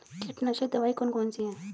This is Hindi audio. कीटनाशक दवाई कौन कौन सी हैं?